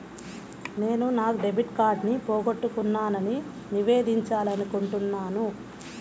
నేను నా డెబిట్ కార్డ్ని పోగొట్టుకున్నాని నివేదించాలనుకుంటున్నాను